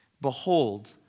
Behold